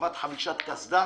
לחובת חבישת קסדה,